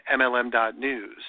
MLM.news